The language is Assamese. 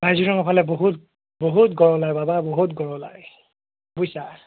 কাজিৰঙাফালে বহুত বহুত গঁড় ওলায় বাবা বহুত গঁড় ওলায় বুইছা